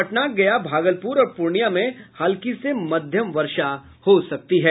पटना गया भागलपुर और पूर्णिया में हल्की से मध्यम वर्षा हो सकती है